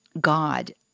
God